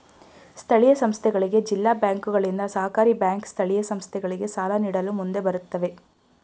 ಸ್ಥಳೀಯ ಸಂಸ್ಥೆಗಳಿಗೆ ಜಿಲ್ಲಾ ಬ್ಯಾಂಕುಗಳಿಂದ, ಸಹಕಾರಿ ಬ್ಯಾಂಕ್ ಸ್ಥಳೀಯ ಸಂಸ್ಥೆಗಳಿಗೆ ಸಾಲ ನೀಡಲು ಮುಂದೆ ಬರುತ್ತವೆ